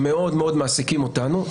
שמאוד מאוד מעסיקים אותנו,